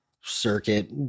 circuit